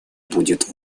будет